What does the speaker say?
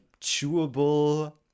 chewable